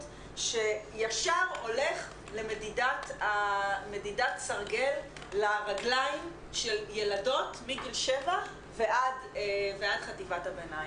שישר הולך למדידת סרגל לרגליים של ילדות מגיל 7 ועד חטיבת הביניים.